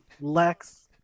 Lex